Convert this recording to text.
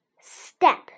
Step